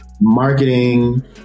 Marketing